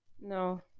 No